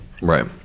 Right